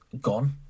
gone